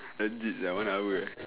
legit that one hour